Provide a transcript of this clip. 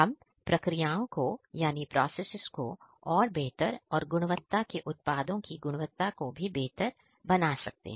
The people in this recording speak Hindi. हम प्रक्रियाओं को यानि प्रोसेसेस को और बेहतर और गुणवत्ता के उत्पादों की गुणवत्ता को भी बेहतर बना सकते हैं